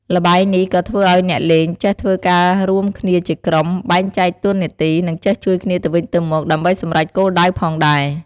ល្បែងនេះក៏ធ្វើឲ្យអ្នកលេង ចេះធ្វើការរួមគ្នាជាក្រុម បែងចែកតួនាទី និងចេះជួយគ្នាទៅវិញទៅមកដើម្បីសម្រេចគោលដៅផងដែរ។